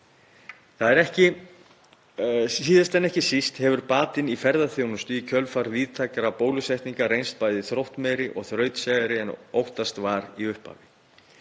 viðspyrnu. Síðast en ekki síst hefur batinn í ferðaþjónustu í kjölfar víðtækra bólusetninga reynst bæði þróttmeiri og þrautseigari en óttast var í upphafi.